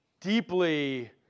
deeply